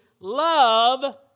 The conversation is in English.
Love